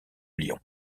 lyon